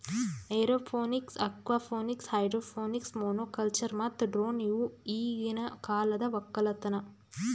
aeroponics, aquaponics, hydroponics, monoculture ಮತ್ತ drone ಇವು ಈಗಿನ ಕಾಲದ ಒಕ್ಕಲತನ